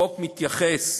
החוק מתייחס